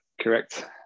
correct